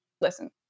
Listen